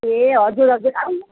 ए हजुर हजुर आउनुहोस्